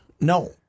No